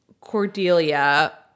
Cordelia